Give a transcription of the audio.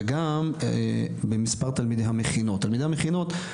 וגם במספר תלמידי המכינות.